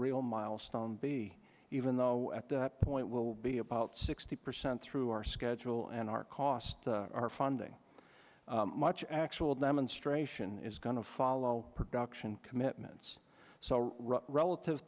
real milestone be even though at that point will be about sixty percent through our schedule and our cost our funding much actual demonstration is going to follow production commitments so relative